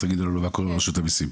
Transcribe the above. תגידי לנו מה קורה עם רשות המיסים?